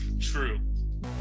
True